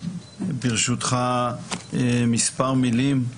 ברשותך מספר מילים.